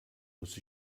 muss